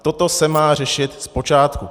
Toto se má řešit zpočátku.